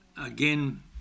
Again